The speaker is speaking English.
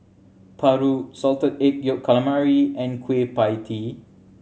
paru Salted Egg Yolk Calamari and Kueh Pie Tee